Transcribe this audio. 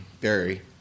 Barry